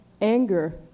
anger